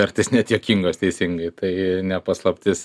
kartais net juokingos teisingai tai ne paslaptis